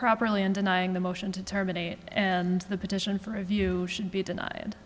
properly in denying the motion to terminate and the petition for of you should be denied